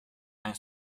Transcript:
and